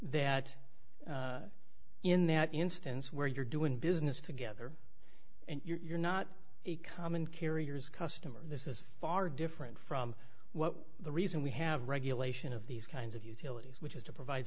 that in that instance where you're doing business together and you're not a common carriers customer this is far different from what the reason we have regulation of these kinds of utilities which is to provide